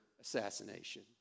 assassination